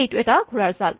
এইটো এটা ঘোঁৰাৰ চাল